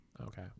Okay